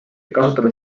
kasutame